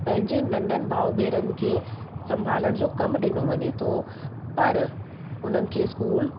पंहिंजे नंढनि भाउ भेनरुनि खे संभालण जो कमु ॾिनो वञे थो पर उन्हनि खे स्कूल